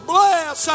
Bless